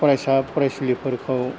फरायसा फरायसुलिफोरखौ